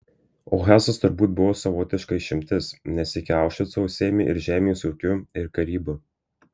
o hesas turbūt buvo savotiška išimtis nes iki aušvico užsiėmė ir žemės ūkiu ir karyba